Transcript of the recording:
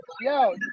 Yo